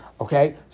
Okay